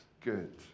good